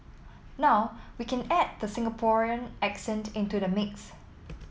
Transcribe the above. now we can add the Singaporean accent into the mix